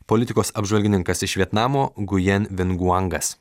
politikos apžvalgininkas iš vietnamo gujan ven guangas